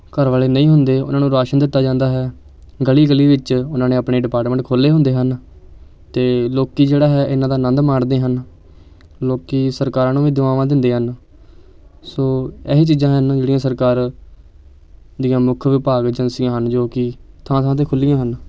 ਘਰ ਵਾਲੇ ਨਹੀਂ ਹੁੰਦੇ ਉਹਨਾਂ ਨੂੰ ਰਾਸ਼ਨ ਦਿੱਤਾ ਜਾਂਦਾ ਹੈ ਗਲੀ ਗਲੀ ਵਿੱਚ ਉਹਨਾਂ ਨੇ ਆਪਣੇ ਡਿਪਾਰਟਮੈਂਟ ਖੋਲ੍ਹੇ ਹੁੰਦੇ ਹਨ ਅਤੇ ਲੋਕ ਜਿਹੜਾ ਹੈ ਇਹਨਾਂ ਦਾ ਆਨੰਦ ਮਾਣਦੇ ਹਨ ਲੋਕ ਸਰਕਾਰਾਂ ਨੂੰ ਵੀ ਦੁਆਵਾਂ ਦਿੰਦੇ ਹਨ ਸੋ ਇਹ ਹੀ ਚੀਜ਼ਾਂ ਹਨ ਜਿਹੜੀਆਂ ਸਰਕਾਰ ਦੀਆਂ ਮੁੱਖ ਵਿਭਾਗ ਏਜੰਸੀਆਂ ਹਨ ਜੋ ਕਿ ਥਾਂ ਥਾਂ 'ਤੇ ਖੁੱਲੀਆਂ ਹਨ